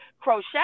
crochet